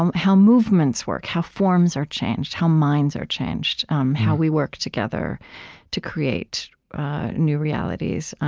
um how movements work how forms are changed how minds are changed um how we work together to create new realities.